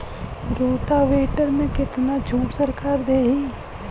Rotavator में कितना छूट सरकार देही?